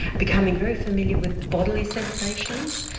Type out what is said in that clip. becoming very familiar with bodily sensations,